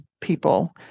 people